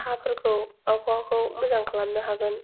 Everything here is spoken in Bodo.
हाफोरखौ आबहावाखौ मोजां खालामनो हागोन